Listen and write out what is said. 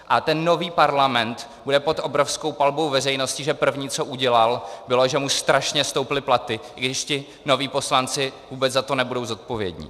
A ten nový parlament bude pod obrovskou palbou veřejnosti, že první, co udělal, bylo, že mu strašně stouply platy, i když ti noví poslanci vůbec za to nebudou zodpovědní.